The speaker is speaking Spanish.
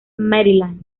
maryland